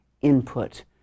input